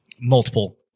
multiple